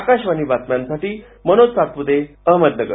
आकाशवाणी बातम्यांसाठी मनोज सातप्ते अहमदनगर